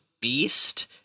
beast